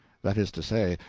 that is to say,